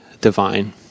divine